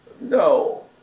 No